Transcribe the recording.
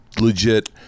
legit